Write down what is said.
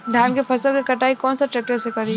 धान के फसल के कटाई कौन सा ट्रैक्टर से करी?